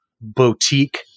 boutique